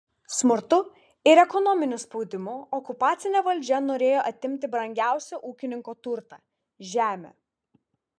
smurtu ir ekonominiu spaudimu okupacinė valdžia norėjo atimti brangiausią ūkininko turtą žemę